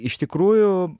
iš tikrųjų